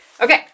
Okay